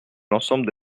l’ensemble